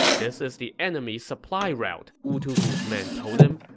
this is the enemy's supply route, wu tugu's men told him.